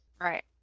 Right